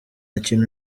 kintu